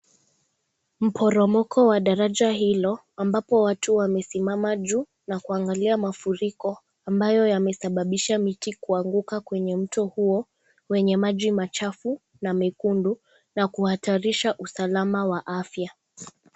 Mporomoko wa daraja hilo, ambapo watu wamesimama juu na kuangalia mafuriko ambayo yamesababisha miti kuanguka kwenye mto huo wenye maji machafu na mekundu na kuhatarisha usalama wa afya.